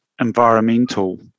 environmental